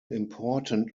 important